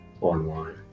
online